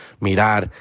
mirar